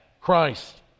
Christ